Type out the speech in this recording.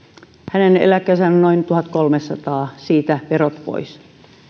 hänen eläkkeensä on noin tuhatkolmesataa siitä verot pois